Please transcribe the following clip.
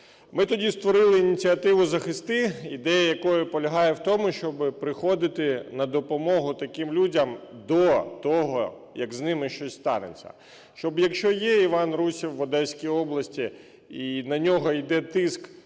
Ми тоді створили ініціативу "Захисти", ідея якої полягає в тому, щоб приходити на допомогу таким людям до того, як з ними щось станеться. Щоб, якщо є Іван Русів в Одеській області і на нього йде тиск